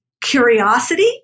curiosity